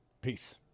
Peace